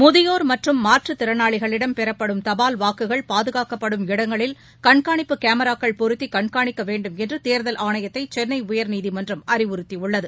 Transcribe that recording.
முதியோர் மற்றும் மாற்றுத்திறனாளிகளிடம் பெறப்படும் தபால் வாக்குகள் பாதுகாக்கப்படும் இடங்களில் கண்காணிப்பு காமிராக்கள் பொருத்தி கண்காணிக்க வேண்டும் என்று தேர்தல் ஆணையத்தை சென்னை உயர்நீதிமன்றம் அறிவுறுத்தியுள்ளது